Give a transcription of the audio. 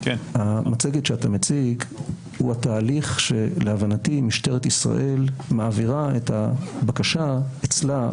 המצגת שאתה מציג היא התהליך שלהבנתי משטרת ישראל מעבירה את הבקשה אצלה,